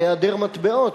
בהיעדר מטבעות,